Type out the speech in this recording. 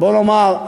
בוא נאמר,